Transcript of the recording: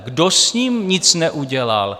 Kdo s ním nic neudělal?